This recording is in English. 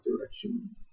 direction